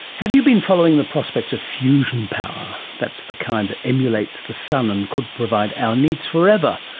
have you been following the prospects of fusion power? that's the kind that emulates the sun and could provide our needs forever.